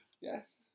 Yes